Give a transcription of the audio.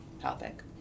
topic